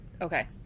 Okay